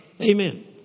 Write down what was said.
Amen